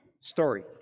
story